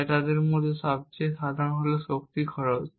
তাই তাদের মধ্যে সবচেয়ে সাধারণ হল শক্তি খরচ